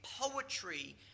poetry